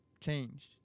changed